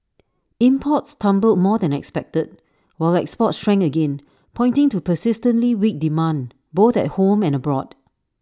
imports tumbled more than expected while exports shrank again pointing to persistently weak demand both at home and abroad